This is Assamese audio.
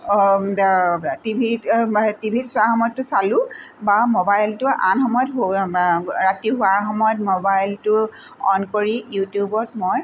টি ভিত টি ভিত চোৱাৰ সময়তটো চালোঁ বা ম'বাইলটো আন সময়ত ৰাতি শোৱাৰ সময়ত ম'বাইলটো অ'ন কৰি ইউটিউবত মই